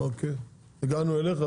הגענו אליך,